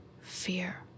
fear